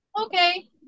okay